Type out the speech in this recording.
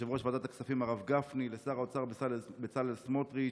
ליושב-ראש ועדת הכספים הרב גפני ולשר האוצר בצלאל סמוטריץ,